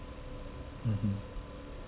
mmhmm